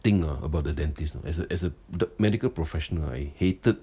thing ah about the dentist as a as a medical professional I hated